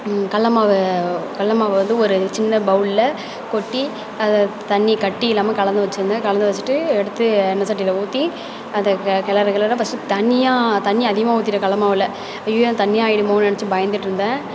கடல மாவை கடல மாவை வந்து ஒரு சின்ன பவுலில் கொட்டி அதை தண்ணி கட்டி இல்லாமல் கலந்து வச்சுருந்தேன் கலந்து வச்சுட்டு எடுத்து எண்ணெய் சட்டியில் ஊற்றி அதை கெ கிளற கிளற ஃபஸ்டு தண்ணியாக தண்ணி அதிகமாக ஊற்றிட்டேன் கடல மாவில் ஐய்யயோ தண்ணி ஆகிடுமோனு நினைச்சு பயந்துகிட்டு இருந்தேன்